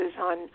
on